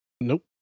Nope